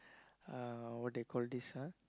uh what they call this ah